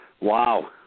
wow